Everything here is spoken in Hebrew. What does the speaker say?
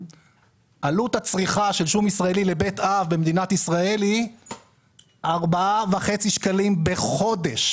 עלות הצריכה של שום ישראלי לבית אב במדינת ישראל היא 4.5 שקלים בחודש.